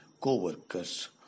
co-workers